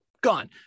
Gone